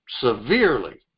severely